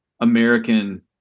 American